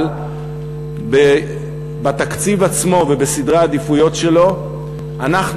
אבל בתקציב עצמו ובסדרי העדיפויות שלו אנחנו